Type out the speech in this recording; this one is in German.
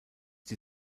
die